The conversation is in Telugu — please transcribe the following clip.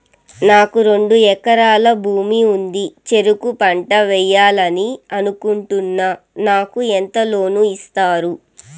నాకు రెండు ఎకరాల భూమి ఉంది, చెరుకు పంట వేయాలని అనుకుంటున్నా, నాకు ఎంత లోను ఇస్తారు?